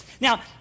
Now